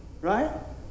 right